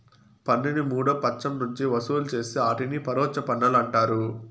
పన్నుని మూడో పచ్చం నుంచి వసూలు చేస్తే ఆటిని పరోచ్ఛ పన్నులంటారు